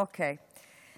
אוקיי.